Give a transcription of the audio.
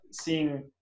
seeing